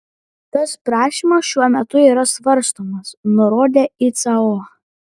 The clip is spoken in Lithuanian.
tas prašymas šiuo metu yra svarstomas nurodė icao